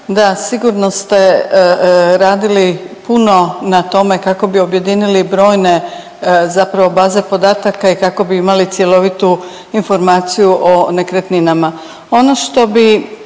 da, sigurno ste radili puno na tome kako bi objedinili brojne zapravo baze podataka i kako bi imali cjelovitu informaciju o nekretninama.